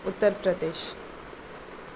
Uttar Pradesh